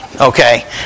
okay